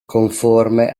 conforme